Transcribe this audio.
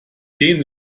den